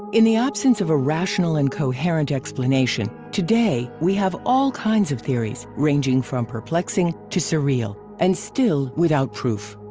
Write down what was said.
in the absence of a rational and coherent explanations, today we have all kinds of theories, ranging from perplexing to surreal. and still without proof!